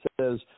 says